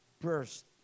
burst